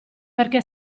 perché